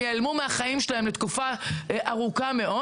ייעלמו מהחיים שלהם לתקופה ארוכה מאוד